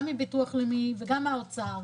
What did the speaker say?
גם מביטוח לאומי וגם מהאוצר,